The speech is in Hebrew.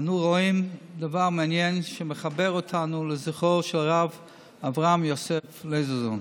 אנו רואים דבר מעניין שמחבר אותנו לזכרו של הרב אברהם יוסף לייזרזון,